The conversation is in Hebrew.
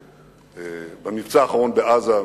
במבצע האחרון בעזה,